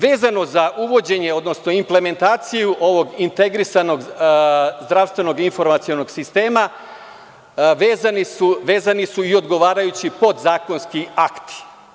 Vezano za uvođenje, odnosno implementaciju ovog integrisanog zdravstvenog informacionog sistema, vezani su i odgovarajući podzakonski akti.